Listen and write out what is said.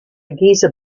geezer